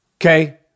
Okay